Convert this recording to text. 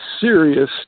serious